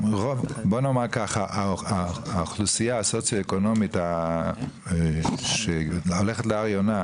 כי האוכלוסייה הסוציו-אקונומית שהולכת להר יונה,